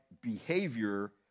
behavior